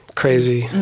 crazy